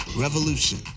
revolution